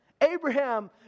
Abraham